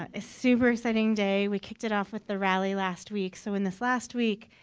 a super exciting day. we kicked it off with the rally last week. so in this last week,